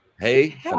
Hey